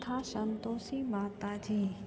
कथा संतोषी माता जी